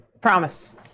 Promise